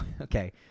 okay